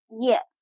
Yes